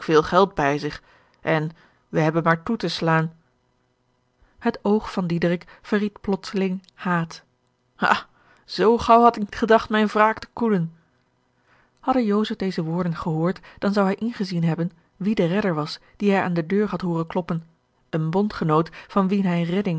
veel geld bij zich en wij hebben maar toe te slaan het oog van diederik verried plotseling haat ha zoo gaauw had ik niet gedacht mijne wraak te koelen hadde joseph deze woorden gehoord dan zou hij ingezien hebben wie de redder was dien hij aan de deur had hooren kloppen een bondgenoot van wien hij redding